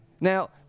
Now